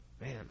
Man